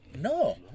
no